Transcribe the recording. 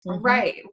Right